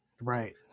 Right